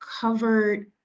covered